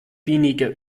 weniger